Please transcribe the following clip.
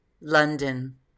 London